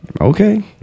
Okay